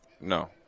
No